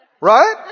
Right